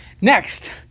Next